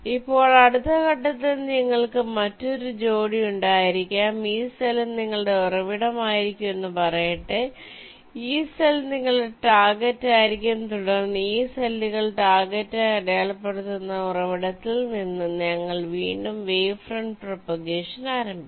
ഇപ്പോൾ അടുത്ത ഘട്ടത്തിൽ നിങ്ങൾക്ക് മറ്റൊരു ജോഡി ഉണ്ടായിരിക്കാം ഈ സെൽ നിങ്ങളുടെ ഉറവിടമായിരിക്കുമെന്ന് പറയട്ടെ ഈ സെൽ നിങ്ങളുടെ ടാർഗെറ്റായിരിക്കും തുടർന്ന് ഈ സെല്ലുകൾ ടാർഗെറ്റായി അടയാളപ്പെടുത്തുന്ന ഉറവിടത്തിൽ നിന്ന് ഞങ്ങൾ വീണ്ടും വേവ് ഫ്രണ്ട് പ്രൊപഗേഷന് ആരംഭിക്കും